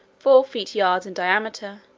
four feet yards in diameter,